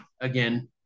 again